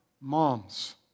moms